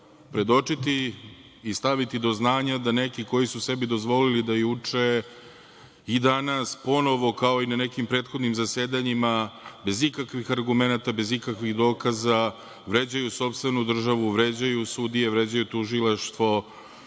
predočiti i staviti do znanja da neki koji su sebi dozvolili da juče i danas ponovo, kao i na nekim prethodnim zasedanjima, bez ikakvih argumenata, bez ikakvih dokaza, vređaju sopstvenu državu, vređaju sudije, vređaju tužilaštvo,